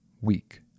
weak